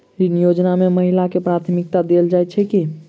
ऋण योजना मे महिलाकेँ प्राथमिकता देल जाइत छैक की?